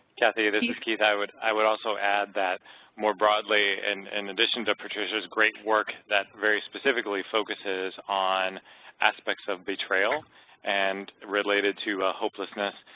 kathy, this is keith. i would i would also add that more broadly and in addition to patricia's great work that very specifically focuses on aspects of betrayal and related to ah hopelessness,